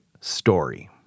story